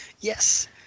yes